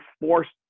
forced